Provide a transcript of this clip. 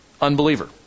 unbeliever